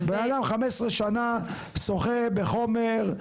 בן אדם 15 שנה שוחה בחומר,